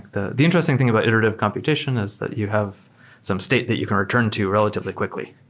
the the interesting thing about iterative computation is that you have some state that you can return to relatively quickly.